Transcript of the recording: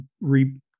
re